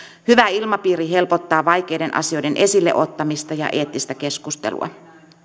hyvä ilmapiiri helpottaa vaikeiden asioiden esille ottamista ja eettistä keskustelua